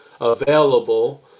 available